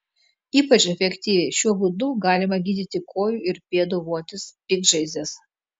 ypač efektyviai šiuo būdu galima gydyti kojų ir pėdų votis piktžaizdes